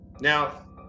Now